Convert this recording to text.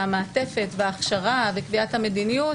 המעטפת וההכשרה וקביעת המדיניות.